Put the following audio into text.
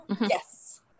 Yes